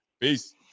Peace